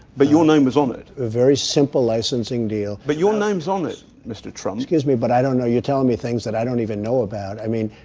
but your name was on it. a very simple licensing deal but your name's on it, mr. trump excuse me. but i don't know you're telling me things that i don't even know about. i mean,